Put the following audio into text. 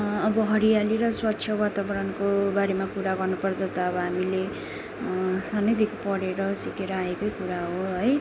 अब हरियाली र स्वच्छ वातावरणको बारेमा कुरा गर्नु पर्दा त अब हामीले सानैदेखिको पढेर सिकेर आएकै कुरा हो है